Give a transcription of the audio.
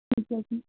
ਅੱਛਾ ਜੀ